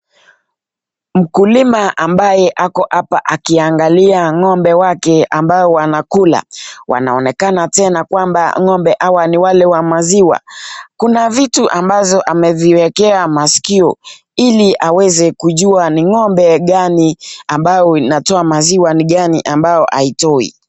Mkulima ambaye ako hapa akiangalia ng'ombe wake ambao wanakula. Wanaonekana tena kwamba ng'ombe hawa ni wale wa maziwa. Kuna vitu ambazo ameviwekea masikio ili aweze kujua ni ng'ombe gani ambayo inatoa maziwa, ni gani ambayo haitoi.